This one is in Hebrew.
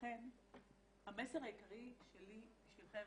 ולכן המסר העיקרי שלי בשבילכם,